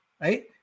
right